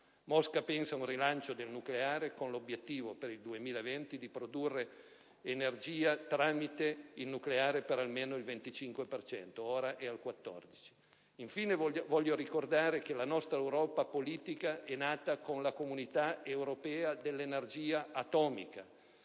Mosca pensa a un rilancio del nucleare con l'obiettivo, per il 2020, di produrre energia tramite il nucleare per almeno il 25 per cento (ora è al 14 per cento). Vorrei altresì ricordare che la nostra Europa politica è nata con la Comunità europea dell'energia atomica